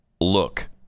look